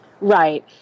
Right